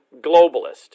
Globalist